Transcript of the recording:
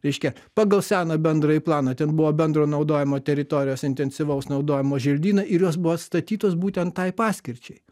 reiškia pagal seną bendrąjį planą ten buvo bendro naudojimo teritorijos intensyvaus naudojimo želdynai ir jos buvo atstatytos būtent tai paskirčiai